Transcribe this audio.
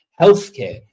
healthcare